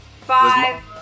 five